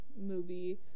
movie